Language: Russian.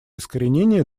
искоренения